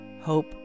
Hope